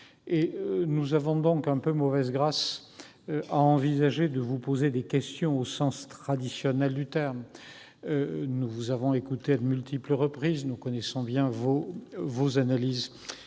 Nous aurions donc, en quelque sorte, mauvaise grâce à vous poser des questions au sens traditionnel du terme. Nous vous avons écoutée à de multiples reprises, nous connaissons bien vos analyses,